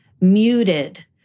muted